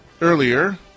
earlier